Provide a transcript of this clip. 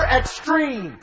extreme